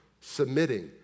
submitting